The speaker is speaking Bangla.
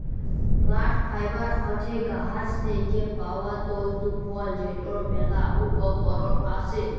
প্লাল্ট ফাইবার হছে গাহাচ থ্যাইকে পাউয়া তল্তু ফল যেটর ম্যালা উপকরল আসে